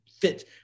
fit